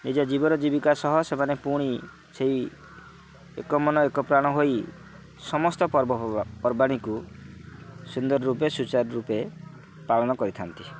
ନିଜ ଜୀବନ ଜୀବିକା ସହ ସେମାନେ ପୁଣି ସେଇ ଏକ ମନ ଏକ ପ୍ରାଣ ହୋଇ ସମସ୍ତ ପର୍ବପର୍ବାଣୀକୁ ସୁନ୍ଦର ରୂପେ ସୁଚାର ରୂପେ ପାଳନ କରିଥାନ୍ତି